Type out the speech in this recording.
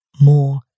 more